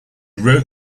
wrote